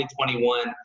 2021